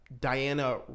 Diana